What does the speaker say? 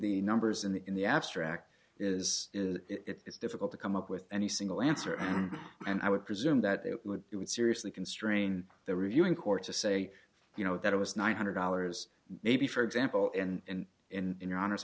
the numbers in the in the abstract is that it is difficult to come up with any single answer and i would presume that it would it would seriously constrain the reviewing court to say you know that it was nine hundred dollars maybe for example and in your hono